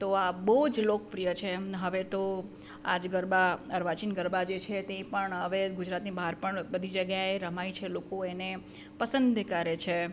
તો આ બહુ જ લોકપ્રિય છે એમ હવે તો આજ ગરબા અર્વાચીન ગરબા જે છે તે પણ હવે ગુજરાતની બહાર પણ બધી જગ્યાએ રમાય છે લોકો એને પસંદ કરે છે